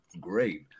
great